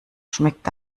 schmeckt